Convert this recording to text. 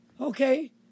Okay